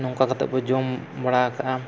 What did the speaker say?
ᱱᱚᱝᱠᱟ ᱠᱟᱛᱮᱵᱚ ᱡᱚᱢ ᱵᱟᱲᱟ ᱟᱠᱟᱫᱼᱟ